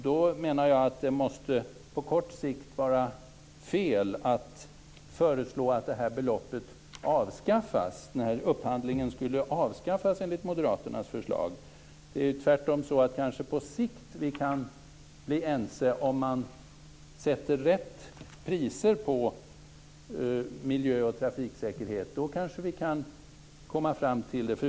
Då menar jag att det på kort sikt måste vara fel att föreslå att detta belopp avskaffas. Den här upphandlingen skulle ju avskaffas enligt moderaternas förslag. Tvärtom kanske vi på sikt kan bli ense. Om man sätter rätt priser på miljö och trafiksäkerhet kanske vi kan komma dit.